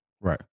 Right